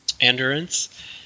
endurance